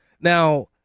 Now